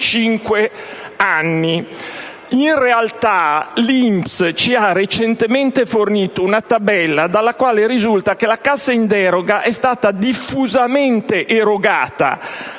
In realtà, l'INPS ci ha recentemente fornito una tabella dalla quale risulta che la cassa in deroga è stata diffusamente erogata